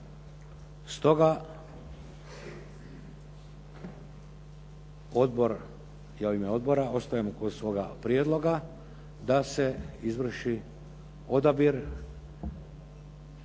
Stoga Odbor, ja u ime Odbora, ostajemo kod svoga prijedloga da se izvrši odabir